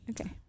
Okay